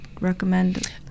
Recommend